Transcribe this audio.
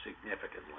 significantly